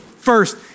First